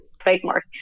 trademark